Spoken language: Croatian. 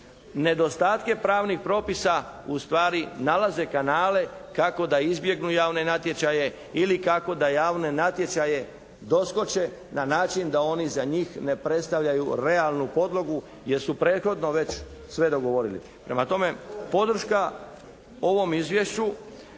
nedostatke pravnih propisa ustvari nalaze kanale kako da izbjegnu javne natječaje ili kako da javne natječaje doskoče na način da oni za njih ne predstavljaju realnu podlogu jer su prethodno već dogovorili. Prema tome, podrška ovom Izvješću